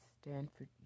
Stanford